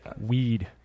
Weed